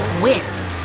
wins.